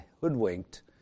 hoodwinked